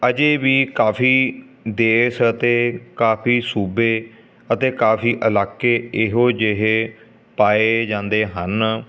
ਅਜੇ ਵੀ ਕਾਫੀ ਦੇਸ਼ ਅਤੇ ਕਾਫੀ ਸੂਬੇ ਅਤੇ ਕਾਫੀ ਇਲਾਕੇ ਇਹੋ ਜਿਹੇ ਪਾਏ ਜਾਂਦੇ ਹਨ